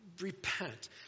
Repent